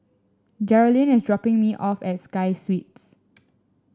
Jerilyn is dropping me off at Sky Suites